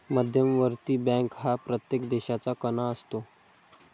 मध्यवर्ती बँक हा प्रत्येक देशाचा कणा असतो